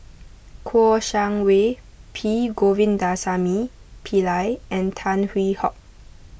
Kouo Shang Wei P Govindasamy Pillai and Tan Hwee Hock